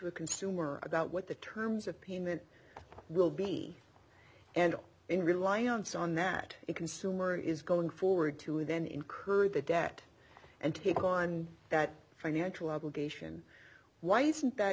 a consumer about what the terms of payment will be and in reliance on that the consumer is going forward to then incur the debt and take on that financial obligation why isn't that